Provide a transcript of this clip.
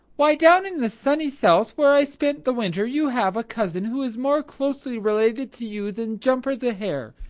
why, down in the sunny south, where i spent the winter, you have a cousin who is more closely related to you than jumper the hare.